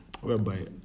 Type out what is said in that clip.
whereby